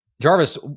Jarvis